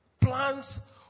plans